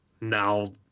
now